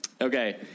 Okay